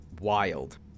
wild